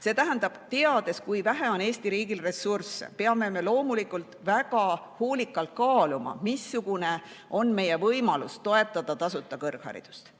See tähendab, teades, kui vähe on Eesti riigil ressursse, et me peame loomulikult väga hoolikalt kaaluma, missugune on meie võimalus toetada tasuta kõrgharidust.